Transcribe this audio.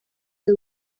del